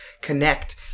connect